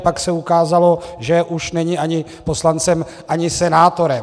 Pak se ukázalo, že už není ani poslancem, ani senátorem.